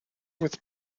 with